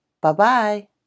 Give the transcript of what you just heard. Bye-bye